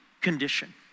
condition